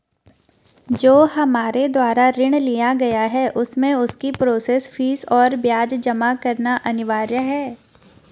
जो हमारे द्वारा ऋण लिया गया है उसमें उसकी प्रोसेस फीस और ब्याज जमा करना अनिवार्य है?